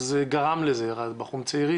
זה גרם לבלגן.